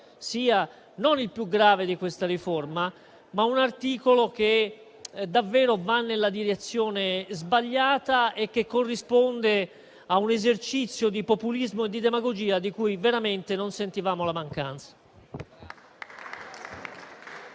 sia non il più grave di questa riforma, ma che vada davvero nella direzione sbagliata corrispondendo a un esercizio di populismo e di demagogia di cui veramente non sentivamo la mancanza.